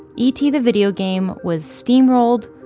e t. the video game' was steamrolled,